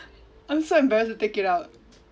I'm so embarrassed to take it out